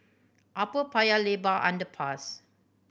Upper Paya Lebar Underpass